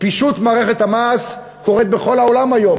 פישוט מערכת המס קורה בכל העולם היום.